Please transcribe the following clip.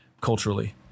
culturally